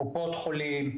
קופות חולים,